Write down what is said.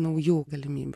naujų galimybių